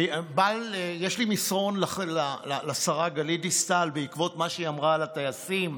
יש לי מסרון לשרה גלית דיסטל בעקבות מה שהיא אמרה על הטייסים,